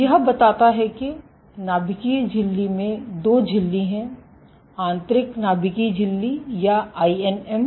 यह बताता है कि नाभिकीय झिल्ली में दो झिल्ली हैं आंतरिक नाभिकीय झिल्ली या आईएनएम